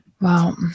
Wow